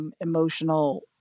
emotional